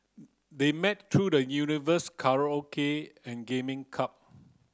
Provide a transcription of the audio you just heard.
they met through the universe karaoke and gaming club